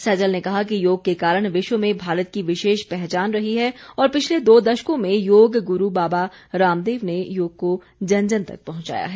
सैजल ने कहा कि योग के कारण विश्व में भारत की विशेष पहचान रही है और पिछले दो दशकों में योग गुरू बाबा रामदेव ने योग को जन जन तक पहुंचाया है